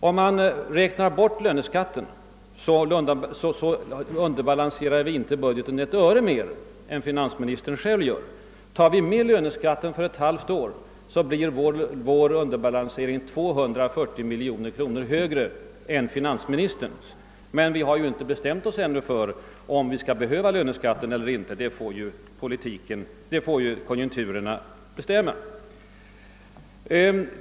Om man räknar med löneskatten, underbalanserar vi inte budgeten med ett öre mer än finansministern. Räknar vi med uppskov med löneskatten för ett halvt år blir vår underbalansering 240 miljoner kronor större än finansministerns. Men vi har inte bestämt oss ännu för om vi behöver löneskatten — det får konjunkturerna avgöra.